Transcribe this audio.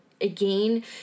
again